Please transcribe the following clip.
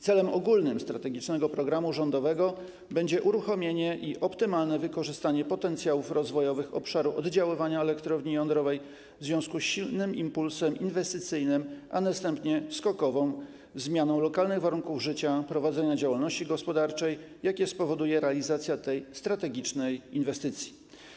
Celem ogólnym strategicznego programu rządowego będzie uruchomienie i optymalne wykorzystanie potencjałów rozwojowych obszaru oddziaływania elektrowni jądrowej w związku z silnym impulsem inwestycyjnym, a następnie skokową zmianą lokalnych warunków życia i prowadzenia działalności gospodarczej, jakie spowoduje realizacja tej strategicznej inwestycji.